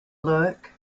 look